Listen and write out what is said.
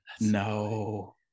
No